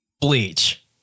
Bleach